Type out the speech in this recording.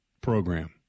program